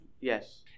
yes